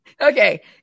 Okay